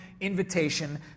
invitation